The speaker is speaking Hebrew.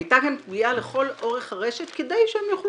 היתה כאן פגיעה לכל אורך הרשת כדי שהם יוכלו